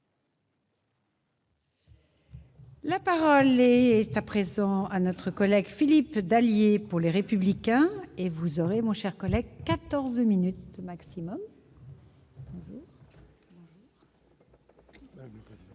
La parole est à présent à notre collègue Philippe Dallier pour les républicains et vous aurez moins chers collègues 14 minutes maximum. Madame